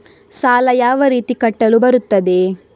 ಸಾಲ ಯಾವ ರೀತಿ ಕಟ್ಟಲು ಬರುತ್ತದೆ?